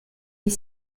est